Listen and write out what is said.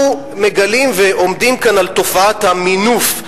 אנחנו מגלים ועומדים על תופעת המינוף.